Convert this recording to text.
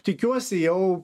tikiuosi jau